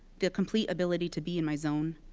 the complete ability to be in my zone.